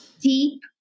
deep